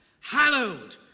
hallowed